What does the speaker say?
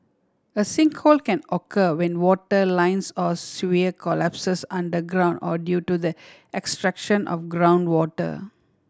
a sinkhole can occur when water lines or sewer collapses underground or due to the extraction of groundwater